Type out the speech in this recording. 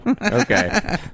Okay